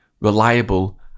reliable